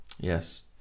yes